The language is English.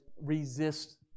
resist